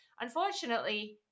unfortunately